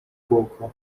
kółko